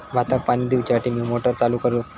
भाताक पाणी दिवच्यासाठी मी मोटर चालू करू?